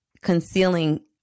concealing